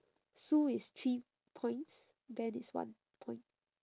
sue is three points ben is one point